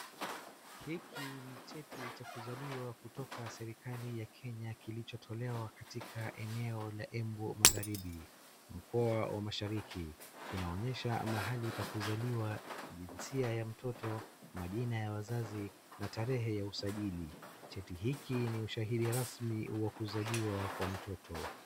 Hiki ni cheti cha kuzaliwa kutoka serikali ya Kenya kilichotolewa katika enbeo la Embu magharibi mkoa wa mashariki. Kinaonyesha mahali pa kuzaliwa, jinsia ya mtoto, majina ya wazazi na tarehe ya usajili cheti hiki ni ushahidi rasmi wa kuzaliwa kwa mtoto.